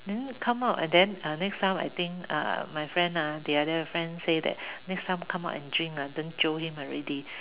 then come out and then uh next time I think uh my friend ah the other friend say that next time come out and drink ah don't jio him already